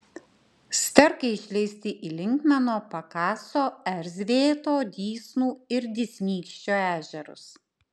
sterkai išleisti į linkmeno pakaso erzvėto dysnų ir dysnykščio ežerus